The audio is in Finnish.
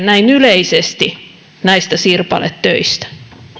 näin yleisesti sovi mihinkään näistä sirpaletöistä